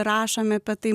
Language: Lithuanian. rašom apie